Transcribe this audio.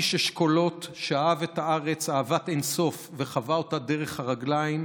איש אשכולות שאהב את הארץ אהבת אין-סוף וחווה אותה דרך הרגליים,